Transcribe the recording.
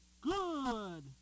good